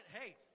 hey